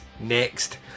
next